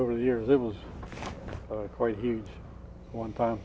over the years it was quite huge one time